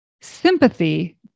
Sympathy